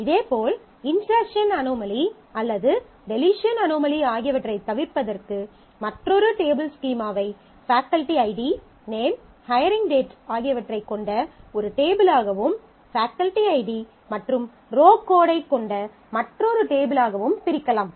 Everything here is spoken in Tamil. இதேபோல் இன்ஸெர்ஸன் அனோமலி அல்லது டெலீஷன் அனோமலி ஆகியவற்றைத் தவிர்ப்பதற்கு மற்றொரு டேபிள் ஸ்கீமாவை faculty ID name hiring date ஆகியவற்றைக் கொண்ட ஒரு டேபிள் ஆகவும் ஃபேக்கல்டி ஐடி மற்றும் ரோ கோடைக் கொண்ட மற்றொரு டேபிள் ஆகவும் பிரிக்கலாம்